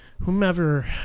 whomever